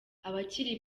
abakiri